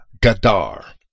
Gadar